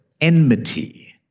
enmity